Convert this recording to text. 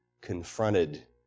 confronted